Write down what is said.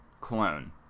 clone